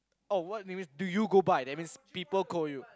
oh what name is it do you go by that means people call you